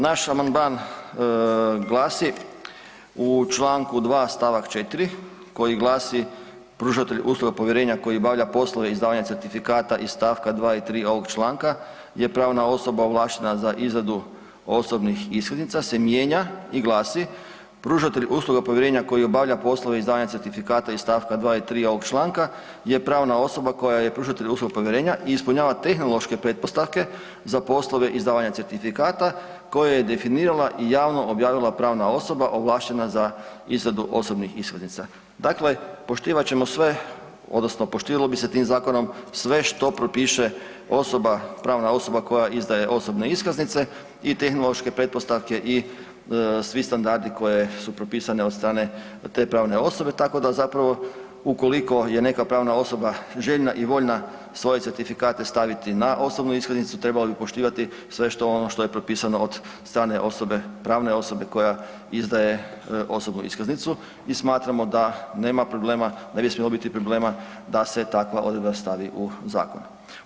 Naš amandman glasi u čl. 2. st. 4. koji glasi: „Pružatelj usluga povjerenja koji obavlja poslove izdavanja certifikata iz st. 2. i 3. ovog članka je pravna osoba ovlaštena za izradu osobnih iskaznica se mijenja i glasi Pružatelj usluga povjerenja koji obavlja poslove izdavanja certifikata iz st. 2. i 3. ovog članka je pravna osoba koja je pružatelj usluga povjerenja i ispunjava tehnološke pretpostavke za poslove izdavanja certifikata koje je definirala i javno objavila pravna osoba ovlaštena za izradu osobnih iskaznica“.“ Dakle, poštivat ćemo sve odnosno poštivalo bi se tim zakonom sve što propiše osoba, pravna osoba koja izdaje osobne iskaznice i tehnološke pretpostavke i svi standardi koje su propisane od strane te pravne osobe, tako da zapravo ukoliko je neka pravna osoba željna i voljna svoje certifikate staviti na osobnu iskaznicu trebali bi poštivati sve što, ono što je propisano od strane osobe, pravne osobe koja izdaje osobnu iskaznicu i smatramo da nema problema, ne bi smjelo biti problema da se takva odredba stavi u zakon.